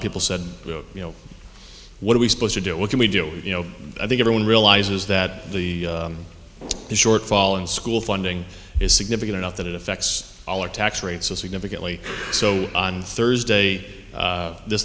of people said you know what are we supposed to do what can we do you know i think everyone realizes that the shortfall in school funding is significant enough that it affects all our tax rates so significantly so on thursday this th